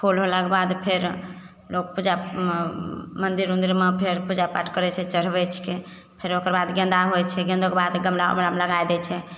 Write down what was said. फूल होलाक बाद फेर लोक पूजा मन्दिर ओन्दिरमे फेर पूजापाठ करैत छै चढ़बैत छिकै फेर ओकरबाद गेन्दा होइत छै गेन्दोके बाद गमलामे ओकरा लगाइ दै छियै